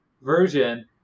version